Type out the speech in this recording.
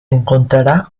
encontrará